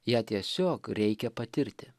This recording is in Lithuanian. ją tiesiog reikia patirti